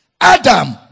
Adam